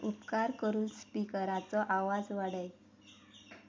उपकार करून स्पिकराचो आवाज वाडय